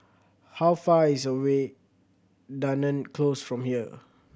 how far is away Dunearn Close from here